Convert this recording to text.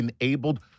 enabled